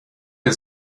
der